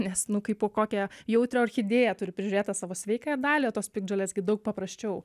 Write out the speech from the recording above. nes nu kaipo kokią jautrią orchidėją turiu prižiūrėt tą savo sveikąją dalį o tos piktžolės gi daug paprasčiau